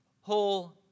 whole